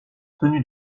tenue